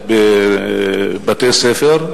בבתי-ספר?